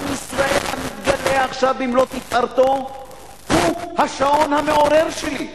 עם ישראל המתגלה עכשיו במלוא תפארתו הוא השעון המעורר שלי.